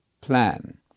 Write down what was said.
plan